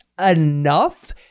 enough